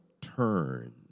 turn